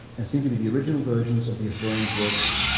and seemed to be the original versions of the historian's works,